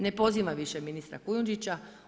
Ne pozivam više ministra Kujundžića.